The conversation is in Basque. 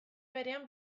berean